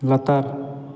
ᱞᱟᱛᱟᱨ